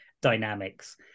dynamics